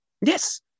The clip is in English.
Yes